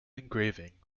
engraving